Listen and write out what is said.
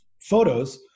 photos